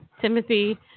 Timothy